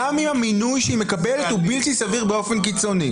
גם אם המינוי שהיא מקבלת הוא בלתי סביר באופן קיצוני.